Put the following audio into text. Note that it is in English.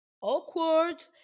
awkward